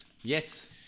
Yes